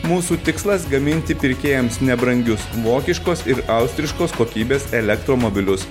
mūsų tikslas gaminti pirkėjams nebrangius vokiškos ir austriškos kokybės elektromobilius